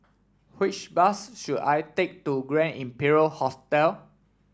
which bus should I take to Grand Imperial Hotel